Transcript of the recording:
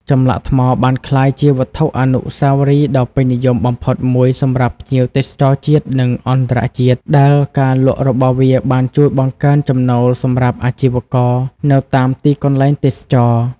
ចម្លាក់ថ្មបានក្លាយជាវត្ថុអនុស្សាវរីយ៍ដ៏ពេញនិយមបំផុតមួយសម្រាប់ភ្ញៀវទេសចរណ៍ជាតិ និងអន្តរជាតិ ដែលការលក់របស់វាបានជួយបង្កើនចំណូលសម្រាប់អាជីវករនៅតាមទីកន្លែងទេសចរណ៍។